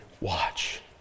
watch